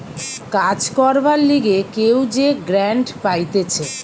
কাজ করবার লিগে কেউ যে গ্রান্ট পাইতেছে